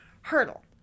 hurdle